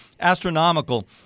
astronomical